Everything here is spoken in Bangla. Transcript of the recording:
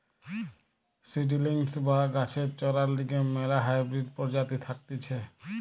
সিডিলিংস বা গাছের চরার লিগে ম্যালা হাইব্রিড প্রজাতি থাকতিছে